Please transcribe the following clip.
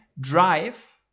drive